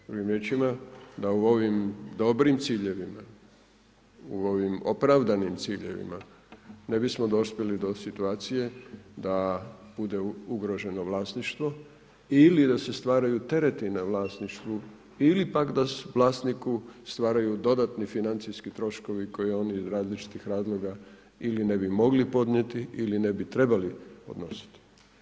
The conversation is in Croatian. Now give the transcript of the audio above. Primjećujemo da u ovim ciljevima u ovim opravdanim ciljevima ne bismo dospjeli do situacije da bude ugroženo vlasništvo ili da se stvaraju tereti na vlasništvu ili pak da vlasniku stvaraju dodatni financijski troškovi koje oni iz različitih razloga ili ne bi mogli podnijeti ili ne bi trebali podnositi.